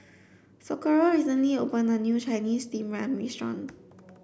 Socorro recently opened a new Chinese steamed yam restaurant